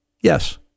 Yes